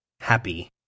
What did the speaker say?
happy